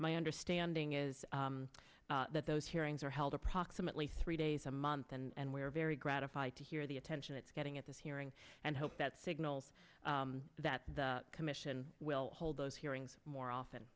my understanding is that those hearings are held approximately three days a month and we're very gratified to hear the attention it's getting at this hearing and hope that signals that the commission will hold those hearings more often